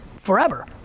forever